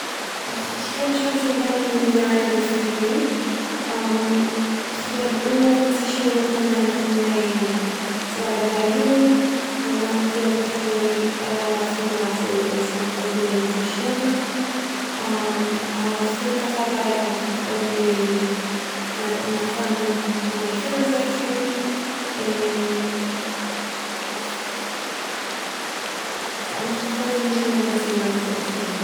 איך שווים שוין פון ווען איך בין דריי אדער פיר יאר, איך האב אנגעהויבן צו שווימען פון ווען איך בין געווען צוויי-דריי יאר. מיין מאמע פלעגט מיך אזויווי אריינווארפן אין די וואסער ביז איך האב מיך אויסגעלערנט צו שווימען. פארן אויף א בייק האב איך מיך אויסגעלערנט ווען- מן הסתם ווען איך בין געווען פינף-זעקס יאר, און ס'האט מיך לכאורה נישט גענומען צו לאנג צו אויסלערנען